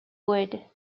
wood